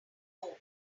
over